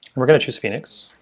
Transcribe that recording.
we're going to choose phoenix,